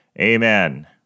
Amen